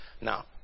now